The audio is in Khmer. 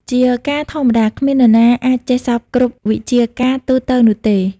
ជាការធម្មតា គ្មាននរណាអាចចេះសព្វគ្រប់វិជ្ជាការទូទៅនោះទេ ។